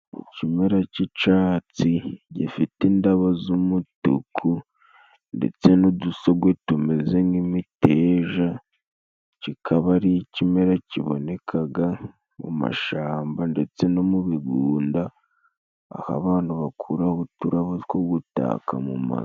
Ikimera c'icatsi， gifite indabo z'umutuku， ndetse n'udusogwe tumeze nk'imiteja， kikaba ari ikimera kibonekaga mu mashamba， ndetse no mu bigunda， aho abantu bakuraho uturabo two gutaka mu mazu.